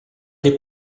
des